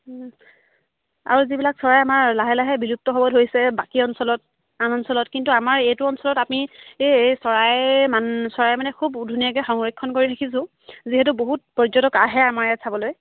আৰু যিবিলাক চৰাই আমাৰ লাহে লাহে বিলুপ্ত হ'ব ধৰিছে বাকী অঞ্চলত আন অঞ্চলত কিন্তু আমাৰ এইটো অঞ্চলত আমি এই এই চৰাই মান চৰাই মানে খুব ধুনীয়াকৈ সংৰক্ষণ কৰি ৰাখিছোঁ যিহেতু বহুত পৰ্যটক আহে আমাৰ ইয়াত চাবলৈ